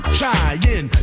trying